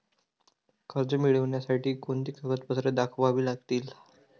कर्ज मिळण्यासाठी कोणती कागदपत्रे दाखवावी लागतील?